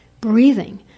Breathing